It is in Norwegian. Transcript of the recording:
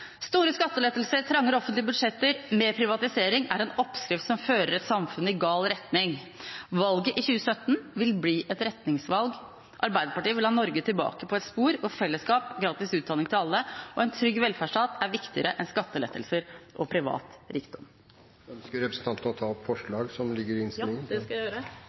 Store skattelettelser, trangere offentlige budsjetter og mer privatisering er en oppskrift som fører et samfunn i gal retning. Valget i 2017 vil bli et retningsvalg. Arbeiderpartiet vil ha Norge tilbake på et spor hvor fellesskap, gratis utdanning til alle og en trygg velferdsstat er viktigere enn skattelettelser og privat rikdom. Ønsker representanten å ta opp forslag som ligger i innstillingen? Det vil jeg gjøre.